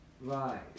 Right